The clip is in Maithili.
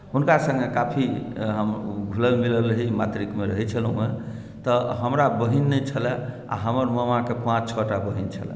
हुनका सङ्गे काफी हम घुलल मिलल रही मातृकमे रहैत छलहुँ हेँ तऽ हमरा बहीन नहि छलए आ हमर मामाक पाँच छओ टा बहीन छलनि